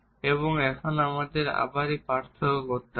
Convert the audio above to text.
এবং এখন আমাদের আবার এই পার্থক্য করতে হবে